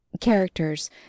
characters